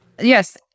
Yes